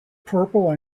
purple